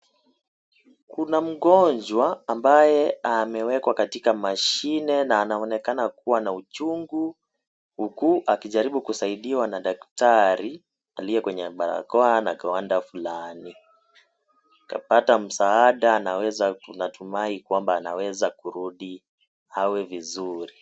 Kuna mgonjwa ambaye amewekwa katika mashine na anaonekana kuwa na uchungu huku akijaribu kusaidiwa na daktari aliye na barakoa na gawanda fulani. Kapata msaada, tunatumai kwamba anaweza kurudi awe vizuri.